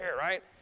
right